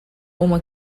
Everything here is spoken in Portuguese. uma